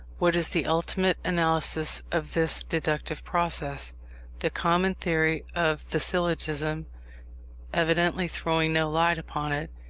what is the ultimate analysis of this deductive process the common theory of the syllogism evidently throwing no light upon it.